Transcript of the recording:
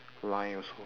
line also